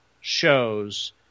shows